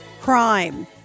crime